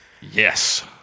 Yes